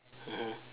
mmhmm